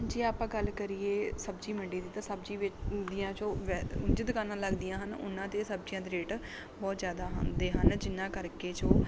ਜੇ ਆਪਾਂ ਗੱਲ ਕਰੀਏ ਸਬਜ਼ੀ ਮੰਡੀ ਦੀ ਤਾਂ ਸਬਜ਼ੀ ਵਿ ਦੀਆਂ ਜੋ ਵੈ ਉਂਝ ਦੁਕਾਨਾਂ ਲੱਗਦੀਆਂ ਹਨ ਉਨ੍ਹਾਂ 'ਤੇ ਸਬਜ਼ੀਆਂ ਦੇ ਰੇਟ ਬਹੁਤ ਜ਼ਿਆਦਾ ਹੁੰਦੇ ਹਨ ਜਿਹਨਾਂ ਕਰਕੇ ਜੋ